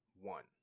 one